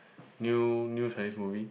new new Chinese movie